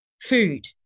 food